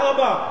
כולם.